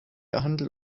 handel